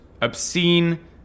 obscene